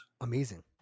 amazing